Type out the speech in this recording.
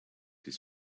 his